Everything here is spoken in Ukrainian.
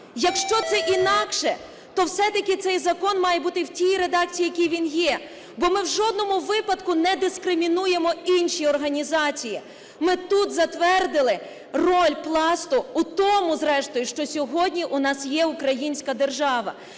Якщо це інакше, то все-такий цей закон має бути в тій редакції, в якій він є, бо ми в жодному випадку не дискримінуємо інші організації. Ми тут затвердили роль Пласту в тому, зрештою, що сьогодні у нас є українська держава.